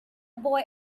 boy